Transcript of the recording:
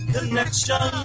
Connection